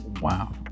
wow